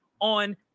on